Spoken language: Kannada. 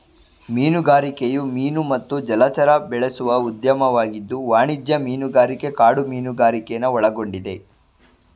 ಮೀನುಗಾರಿಕೆಯು ಮೀನು ಮತ್ತು ಜಲಚರ ಬೆಳೆಸುವ ಉದ್ಯಮವಾಗಿದ್ದು ವಾಣಿಜ್ಯ ಮೀನುಗಾರಿಕೆ ಕಾಡು ಮೀನುಗಾರಿಕೆನ ಒಳಗೊಂಡಿದೆ